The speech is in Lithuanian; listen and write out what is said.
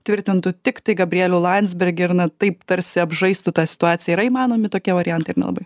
tvirtintų tiktai gabrielių landsbergį ir na taip tarsi apžaistų tą situaciją yra įmanomi tokie variantai ar nelabai